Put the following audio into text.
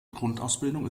grundausbildung